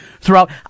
throughout